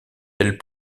elle